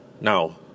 Now